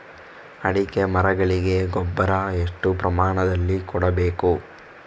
ಅಡಿಕೆ ಮರಗಳಿಗೆ ಗೊಬ್ಬರ ಎಷ್ಟು ಪ್ರಮಾಣದಲ್ಲಿ ಕೊಡಬೇಕು?